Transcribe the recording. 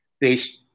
based